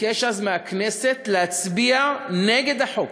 ביקש אז מהכנסת להצביע נגד החוק.